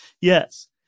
Yes